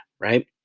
right